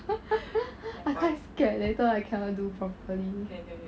I quite scared later I cannot do properly